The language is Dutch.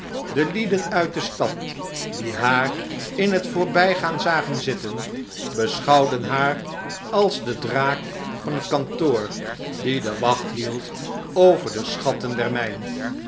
de lieden uit de stad die haar in het voorbijgaan zagen zitten beschouwden haar als den draak van het kantoor die de wacht hield over de schatten